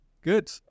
good